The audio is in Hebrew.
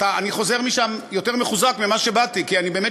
אני חוזר משם יותר מחוזק ממה שבאתי כי אני באמת